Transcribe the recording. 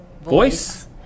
Voice